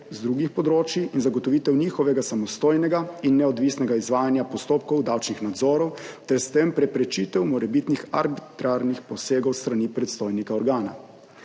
z drugih področij in zagotovitev njihovega samostojnega in neodvisnega izvajanja postopkov davčnih nadzorov ter s tem preprečitev morebitnih arbitrarnih posegov s strani predstojnika organa.